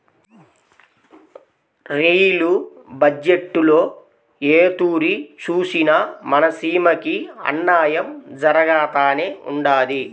rail బజ్జెట్టులో ఏ తూరి సూసినా మన సీమకి అన్నాయం జరగతానే ఉండాది